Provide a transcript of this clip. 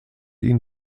ihn